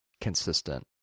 consistent